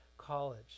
College